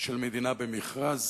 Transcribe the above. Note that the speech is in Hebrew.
של מדינה במכרז,